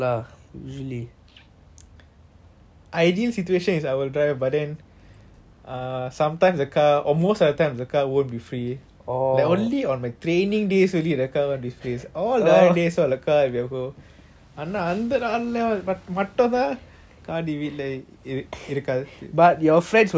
ideal situation is I will drive but then err sometimes the car or most of the time the car won't be free like only on my training days only the car will be free all the other days the car ஆனா அந்த நாலா மட்டும் தான் காடி வீட்டுல இருக்காது இல்லனா:aana antha naala matum thaan gaadi veetula irukaathu illana